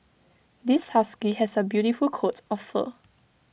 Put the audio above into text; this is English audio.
this husky has A beautiful coat of fur